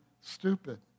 stupid